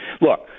Look